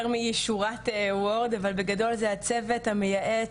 אבל בגדול זה הצוות המייעץ,